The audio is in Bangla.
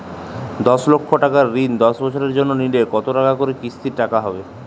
দশ লক্ষ টাকার ঋণ দশ বছরের জন্য নিলে কতো টাকা করে কিস্তির টাকা হবে?